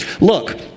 Look